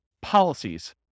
policies